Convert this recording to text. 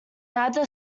neither